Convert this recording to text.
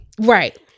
right